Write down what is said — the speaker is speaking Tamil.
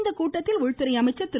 இக்கூட்டத்தில் உள்துறை அமைச்சர் திரு